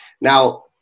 Now